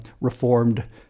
Reformed